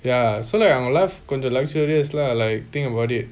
ya so like life கொஞ்சம்:konjam luxurious lah like think about it